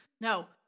No